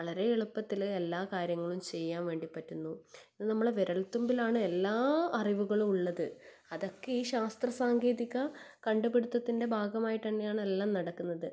വളരെ എളുപ്പത്തിൽ എല്ലാ കാര്യങ്ങളും ചെയ്യാൻ വേണ്ടി പറ്റുന്നു നമ്മളെ വിരൽ തുമ്പിലാണ് എല്ലാ അറിവുകളും ഉള്ളത് അതൊക്കെ ഈ ശാസ്ത്ര സാങ്കേതിക കണ്ടുപിടിത്തത്തിൻ്റെ ഭാഗമായിട്ട് തന്നെയാണ് എല്ലാം നടക്കുന്നത്